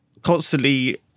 Constantly